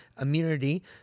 immunity